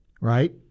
right